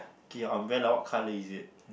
okay your umbrella what colour is it